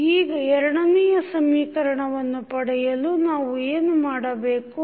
ಈಗ ಎರಡನೆಯ ಸಮೀಕರಣವನ್ನು ಪಡೆಯಲು ನಾವು ಏನು ಮಾಡಬೇಕು